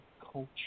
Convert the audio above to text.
culture